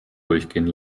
durchgehen